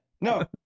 No